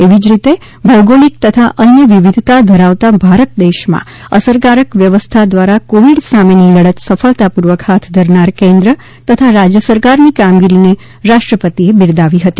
એવી જ રીતે ભૌગોલિક તથા અન્ય વિવિધતા ધરાવતા ભારત દેશમાં અસરકારક વ્યવસ્થા દ્વારા કોવિડ સામેની લડત સફળતાપૂર્વક હાથ ધરનાર કેન્દ્ર તથા રાજ્ય સરકારની કામગીરીને રાષ્ટ્રપતિએ બિરદાવી હતી